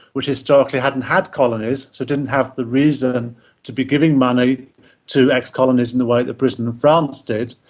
which historically hadn't had colonies, so it didn't have the reason to be giving money to ex-colonies in the way that britain and france did,